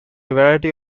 variety